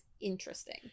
interesting